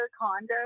condo